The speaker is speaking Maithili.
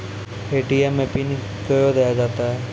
ए.टी.एम मे पिन कयो दिया जाता हैं?